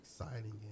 exciting